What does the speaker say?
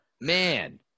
Man